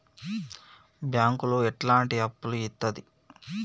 బ్యాంకులు ఎట్లాంటి అప్పులు ఇత్తది?